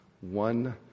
one